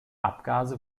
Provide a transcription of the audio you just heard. abgase